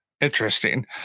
Interesting